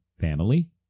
family